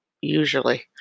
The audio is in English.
usually